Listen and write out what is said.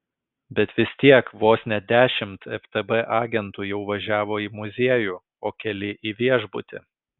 bet vis tiek vos ne dešimt ftb agentų jau važiavo į muziejų o keli į viešbutį